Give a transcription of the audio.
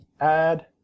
add